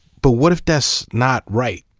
but what if that's not right?